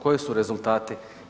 Koji su rezultati?